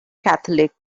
catholic